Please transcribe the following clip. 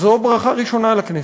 אז זו ברכה ראשונה לכנסת.